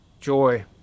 joy